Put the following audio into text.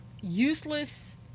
useless